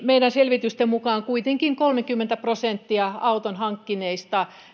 meidän selvitystemme mukaan kuitenkin kolmekymmentä prosenttia auton hankkineista